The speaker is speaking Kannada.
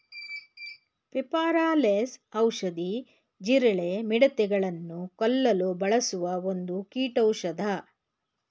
ಪೆಪಾರ ಲೆಸ್ ಔಷಧಿ, ಜೀರಳ, ಮಿಡತೆ ಗಳನ್ನು ಕೊಲ್ಲು ಬಳಸುವ ಒಂದು ಕೀಟೌಷದ